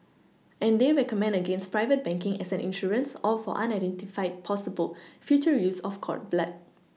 and they recommend against private banking as an insurance or for unidentified possible future use of cord blood